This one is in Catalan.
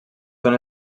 són